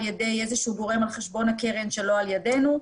ידי איזשהו גורם על חשבון עקרן שלא על ידינו.